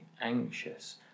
anxious